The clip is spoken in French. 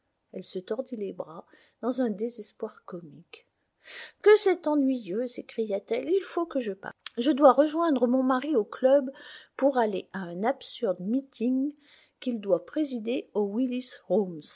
elle se tordit les bras dans un désespoir comique que c'est ennuyeux s'écria-t-elle il faut que je parte je dois rejoindre mon mari au club pour aller à un absurde meeting qu'il doit présider aux